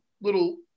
little